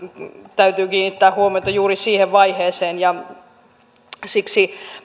täytyy kiinnittää huomiota juuri siihen vaiheeseen siksi